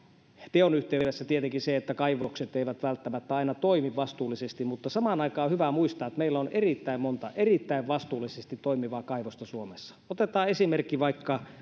teon yhteydessä tietenkin se että kaivokset eivät välttämättä aina toimi vastuullisesti mutta samaan aikaan on hyvä muistaa että meillä on erittäin monta erittäin vastuullisesti toimivaa kaivosta suomessa otetaan esimerkki vaikka